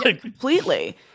Completely